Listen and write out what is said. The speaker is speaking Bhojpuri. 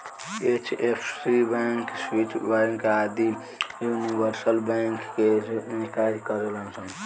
एच.एफ.सी बैंक, स्विस बैंक आदि यूनिवर्सल बैंक के रूप में कार्य करेलन सन